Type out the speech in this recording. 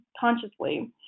consciously